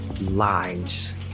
lives